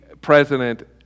president